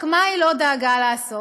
רק מה היא לא דאגה לעשות?